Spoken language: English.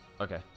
Okay